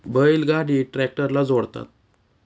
बैल गाडी ट्रॅक्टरला जोडतात